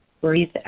breathe